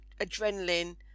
adrenaline